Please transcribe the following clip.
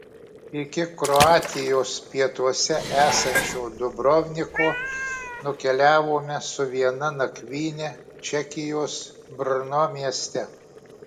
iki kroatijos pietuose esančio dubrovniko nukeliavome su viena nakvyne čekijos brno mieste